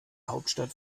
hauptstadt